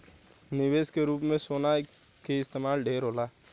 निवेश के रूप में सोना के इस्तमाल ढेरे होला